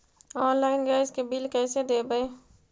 Online gas के bill कैसे देबै?